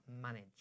manage